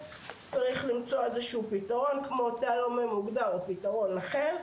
צריך למצוא איזה שהוא פתרון כמו תא לא ממוגדר או פתרון אחר.